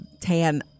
tan